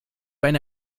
einer